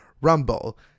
Rumble